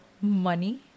Money